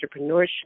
entrepreneurship